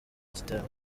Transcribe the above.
gitaramo